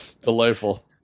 delightful